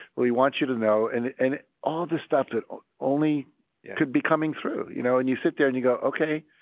well he wants you to know. and and all this stuff that only could be coming through. you know and you sit there and you go okay.